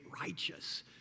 righteous